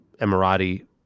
Emirati